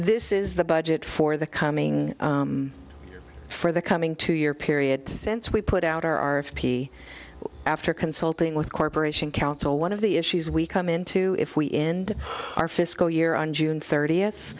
this is the budget for the coming for the coming two year period since we put out our r p after consulting with corporation counsel one of the issues we come into if we end our fiscal year on june thirtieth